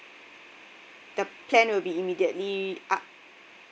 the plan will be immediately up